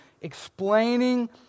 explaining